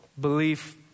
belief